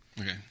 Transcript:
Okay